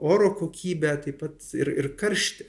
oro kokybę taip pat ir ir karštį